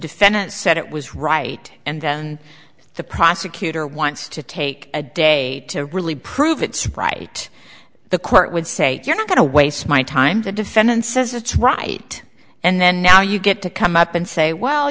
defendant said it was right and then the prosecutor wants to take a day to really prove it's right the court would say you're not going to waste my time the defendant says it's right and now you get to come up and say well